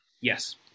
Yes